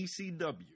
ECW